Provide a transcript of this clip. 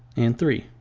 and three.